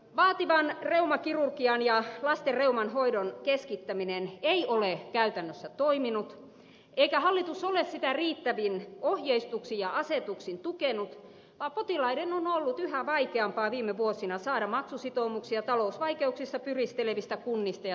vaativan reumakirurgian ja lasten reuman hoidon keskittäminen ei ole käytännössä toiminut eikä hallitus ole sitä riittävin ohjeistuksin ja asetuksin tukenut vaan potilaiden on ollut yhä vaikeampaa viime vuosina saada maksusitoumuksia talousvaikeuksissa pyristelevistä kunnista ja sairaanhoitopiireistä